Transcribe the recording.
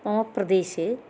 मम प्रदेशे